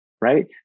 right